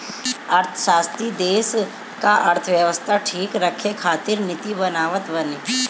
अर्थशास्त्री देस कअ अर्थव्यवस्था ठीक रखे खातिर नीति बनावत बाने